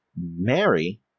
Mary